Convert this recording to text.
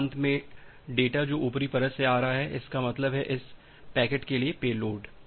और अंत में डेटा जो ऊपरी परत से आ रहा है इसका मतलब है इस पैकेट के लिए पेलोड